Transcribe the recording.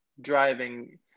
driving